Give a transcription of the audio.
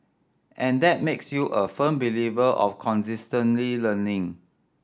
and that makes you a firm believer of consistently learning